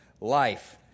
life